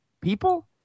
people